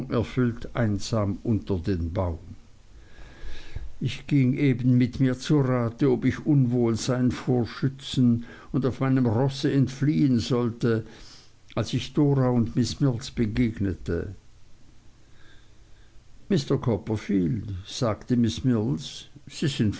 erfüllt einsam unter den baum ich ging eben mit mir zu rate ob ich unwohlsein vorschützen und auf meinem rosse entfliehen sollte als ich dora und miß mills begegnete mr copperfield sagte miß mills sie sind